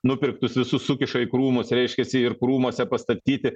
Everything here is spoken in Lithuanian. nupirktus visus sukiša į krūmus reiškiasi ir krūmuose pastatyti